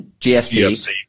GFC